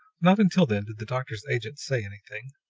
not until then did the doctor's agent say anything.